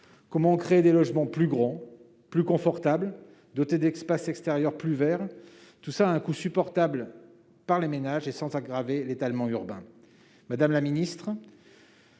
comment créer des logements plus grands, plus confortables, dotés d'espaces extérieurs plus verts, tout cela à un coût supportable par les ménages et sans aggraver l'étalement urbain ? Madame la ministre,